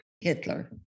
Hitler